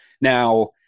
Now